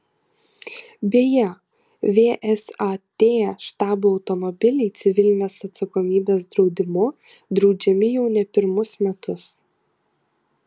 beje vsat štabo automobiliai civilinės atsakomybės draudimu draudžiami jau ne pirmus metus